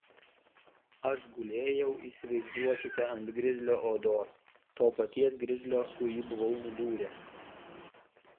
aš gulėjau įsivaizduokite ant grizlio odos to paties grizlio kurį buvau nudūręs